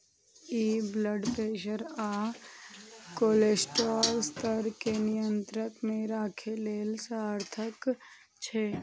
ई blood pressure आ cholesterol स्तर कें नियंत्रण मे राखै लेल सार्थक छै